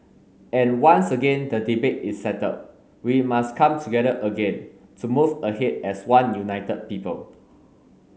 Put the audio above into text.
and once again the debate is settled we must come together again to move ahead as one united people